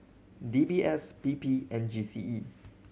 D B S P P and G C E